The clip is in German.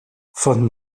von